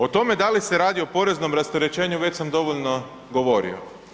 O tome da li se radi o poreznom rasterećenju već sam dovoljno govorio.